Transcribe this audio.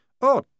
Oh